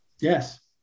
yes